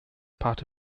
part